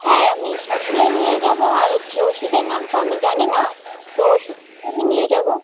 হ্যাঁ আমি সবগুলোই নিয়ে যাব আর হচ্ছে ওষুধের নাম তো আমি জানি না তো ওষুধ আমি নিয়ে যাব